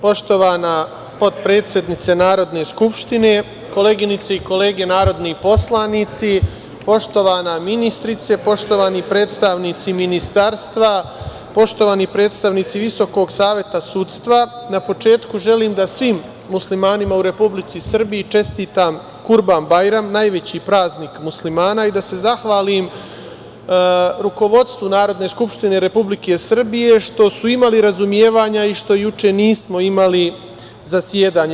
Poštovana potpredsednice Narodne skupštine, koleginice i kolege narodni poslanici, poštovana ministrice, poštovani predstavnici Ministarstva, poštovani predstavnici Visokog saveta sudstva, na početku želim da svim muslimanima u Republici Srbiji čestitam Kurban-bajram, najveći praznik muslimana, i da se zahvalim rukovodstvu Narodne skupštine Republike Srbije što su imali razumevanja i što juče nismo imali zasedanje.